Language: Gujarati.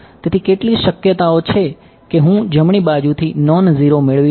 તેથી કેટલી શક્યતાઓ છે કે હું જમણી બાજુથી નોન ઝીરો મેળવી શકું